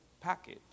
package